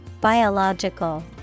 Biological